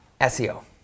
SEO